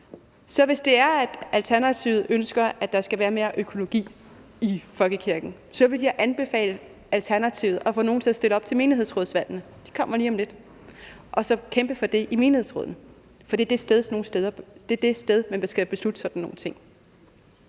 Så hvis Alternativet ønsker, at der skal være mere økologi i folkekirken, vil jeg anbefale Alternativet at få nogen til at stille op til menighedsrådsvalgene – de kommer lige om lidt – og så kæmpe for det i menighedsrådene, for det er det sted, man skal beslutte sådan nogle ting.